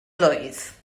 blwydd